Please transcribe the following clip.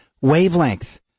wavelength